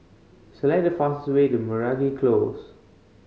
select the fastest way to Meragi Close